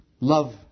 Love